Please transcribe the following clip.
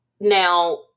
Now